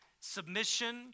Submission